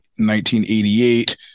1988